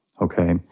okay